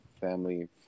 family